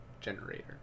generator